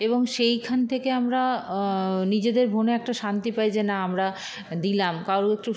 এবং সেইখান থেকে আমরা নিজেদের মনে একটা শান্তি পাই যে না আমরা দিলাম কারও একটু